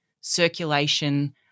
circulation